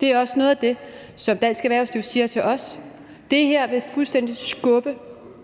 Det er også noget af det, som dansk erhvervsliv siger til os – at det her fuldstændig vil skubbe